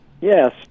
yes